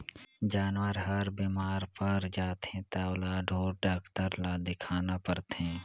जानवर हर बेमार पर जाथे त ओला ढोर डॉक्टर ल देखाना परथे